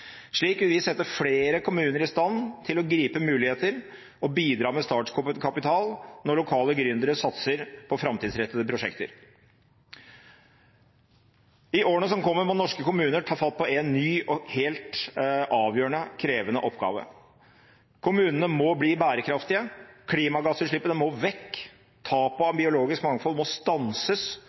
Slik vil vi sette flere kommuner i stand til å gripe muligheter og bidra med startkapital når lokale gründere satser på framtidsrettede prosjekter. I årene som kommer, må norske kommuner ta fatt på en ny og helt avgjørende, krevende oppgave. Kommunene må bli bærekraftige, klimagassutslippene må vekk, tapet av biologisk mangfold må stanses,